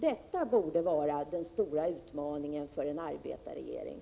Detta borde vara den stora utmaningen för en arbetarregering.